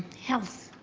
health